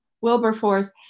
Wilberforce